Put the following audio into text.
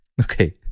okay